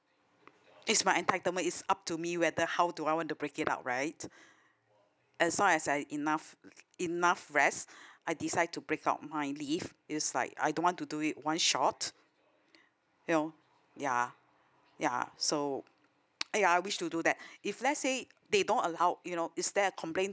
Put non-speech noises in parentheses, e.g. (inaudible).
it's my entitlement is up to me whether how do I want to break it up right (breath) as long as I enough enough rest (breath) I decide to break out my leave is like I don't want to do it one shot you know ya ya so ya I wish to do that (breath) if let say they don't allow you know is there a complain